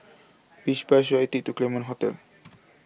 Which Bus should I Take to The Claremont Hotel